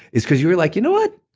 is because you were like, you know what?